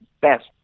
best